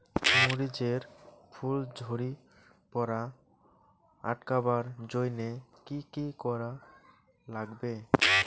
মরিচ এর ফুল ঝড়ি পড়া আটকাবার জইন্যে কি কি করা লাগবে?